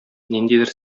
ниндидер